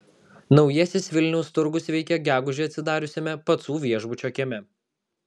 naujasis vilniaus turgus veikia gegužę atsidariusiame pacų viešbučio kieme